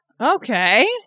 Okay